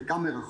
חלקה מרחוק.